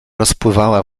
rozpływała